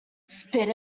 spit